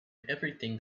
everything